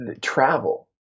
travel